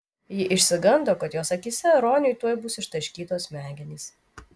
ji išsigando kad jos akyse roniui tuoj bus ištaškytos smegenys